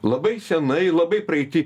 labai senai labai praeity